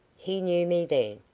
he knew me then,